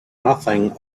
nothing